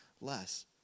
less